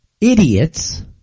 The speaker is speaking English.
idiots